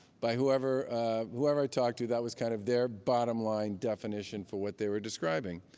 by whoever whoever i talked to, that was kind of their bottom-line definition for what they were describing.